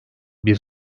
bir